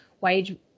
wage